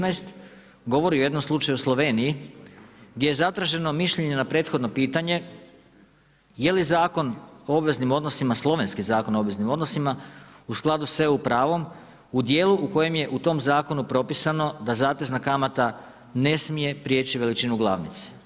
15 govori o jednom slučaju o Sloveniji gdje je zatraženo mišljenje na prethodno pitanje je li Zakon o obveznim odnosima, slovenski Zakon o obveznim odnosima u skladu sa EU pravom u dijelu u kojem je u tom zakonu propisano da zatezna kamata ne smije prijeći veličinu glavnice.